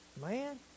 Man